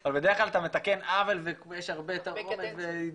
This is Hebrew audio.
אבל בדרך כלל אתה מתקן עוול ויש הרבה תרעומת ויש